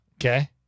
Okay